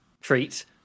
treat